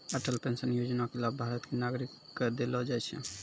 Atal pension योजना के लाभ भारत के नागरिक क देलो जाय छै